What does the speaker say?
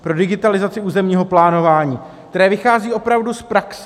Pro digitalizaci územního plánování, které vychází opravdu z praxe.